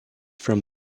from